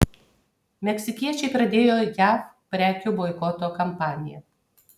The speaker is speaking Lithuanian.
meksikiečiai pradėjo jav prekių boikoto kampaniją